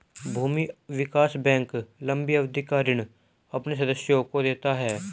भूमि विकास बैंक लम्बी अवधि का ऋण अपने सदस्यों को देता है